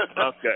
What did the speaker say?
Okay